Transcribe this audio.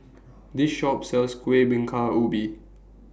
This Shop sells Kuih Bingka Ubi